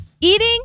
eating